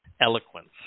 eloquence